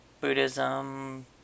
Buddhism